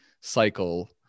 cycle